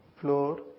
floor